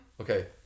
Okay